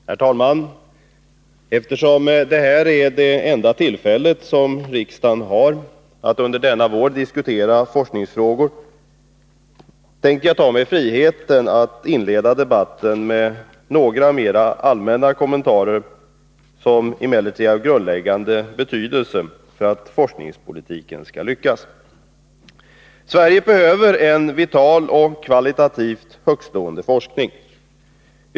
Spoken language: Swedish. Herr talman! Eftersom detta är det enda tillfälle riksdagen har under denna vår att diskutera forskningsfrågor, tänker jag ta mig friheten att inleda debatten med några mera allmänna kommentarer, som emellertid är av grundläggande betydelse för att forskningspolitiken skall lyckas. Sverige behöver en vital och kvalitativt högtstående forskning.